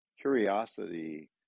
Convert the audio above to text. Curiosity